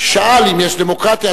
שאל אם יש דמוקרטיה,